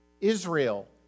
Israel